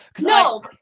No